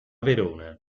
verona